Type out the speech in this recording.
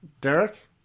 Derek